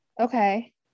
Okay